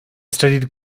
studied